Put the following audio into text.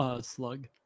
slug